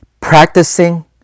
practicing